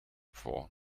for